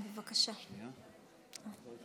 אדוני שר המשפטים, בכלל,